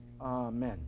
Amen